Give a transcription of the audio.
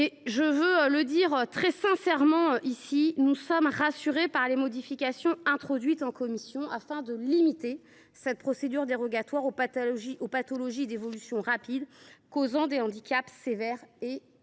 Je le dis très sincèrement ici, nous sommes rassurés par les modifications introduites en commission pour limiter cette procédure dérogatoire aux pathologies d’évolution rapide causant des handicaps sévères et irréversibles.